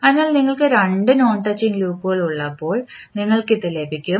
അതിനാൽ നിങ്ങൾക്ക് രണ്ട് നോൺ ടച്ചിംഗ് ലൂപ്പുകൾ ഉള്ളപ്പോൾ നിങ്ങൾക്ക് ഇത് ലഭിക്കും